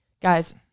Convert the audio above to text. guys